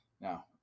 Now